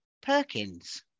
Perkins